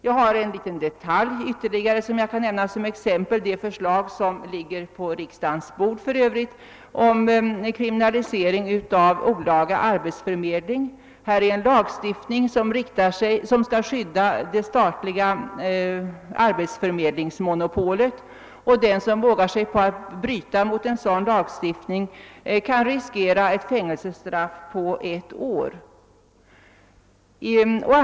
Jag kan lämna ytterligare ett exempel — det rör sig för övrigt om ett förslag som ligger på riksdagens bord — om kriminalisering av olaga arbetsförmedling. Här gäller det en lagstiftning som skall skydda det statliga arbetsförmedlingsmonopolet, och den som vågar sig på att bryta mot en sådan lag kan riskera fängelsestraff på ett år.